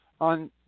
on